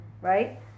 right